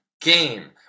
game